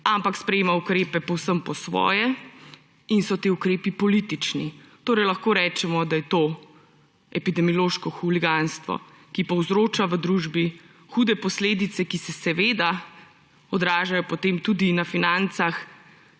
ampak sprejema ukrepe povsem po svoje in so ti ukrepi politični. Torej lahko rečemo, da je to epidemiološko huliganstvo, ki povzroča v družbi hude posledice, ki se seveda odražajo potem tudi na financah